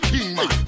Kingman